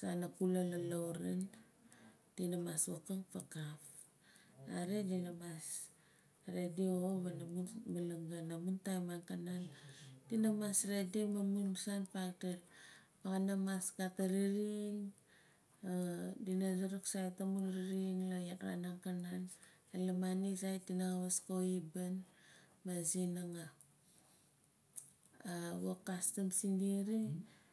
saan la wana aauran dina mas wokim faakaaf. Nare dina mas redi xo pana mun malangan amun taim angkanan dina mas redim amu nsaan vakdol kana mas gat a riring aah dina suruk sait amun riring la raa angkanan laarani sait dina kaawas ko aibaan maah aze nangaa. Aa wok custom sindi xare.